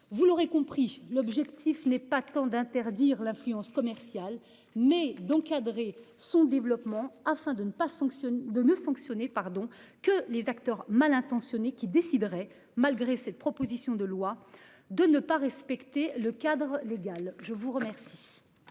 vous l'aurez compris, l'objectif n'est pas tant d'interdire l'influence commerciale mais d'encadrer son développement afin de ne pas sanctionner de 2 sanctionné pardon que les acteurs mal intentionnés qui déciderait. Malgré cette proposition de loi de ne pas respecter le cadre légal. Je vous remercie.